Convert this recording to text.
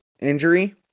injury